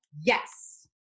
yes